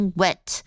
wet